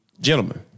Gentlemen